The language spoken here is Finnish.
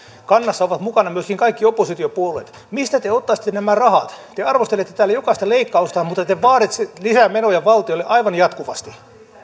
kannassa ovat mukana myöskin kaikki oppositiopuolueet mistä te ottaisitte nämä rahat te arvostelette täällä jokaista leikkausta mutta te vaaditte lisää menoja valtiolle aivan jatkuvasti no